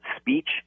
speech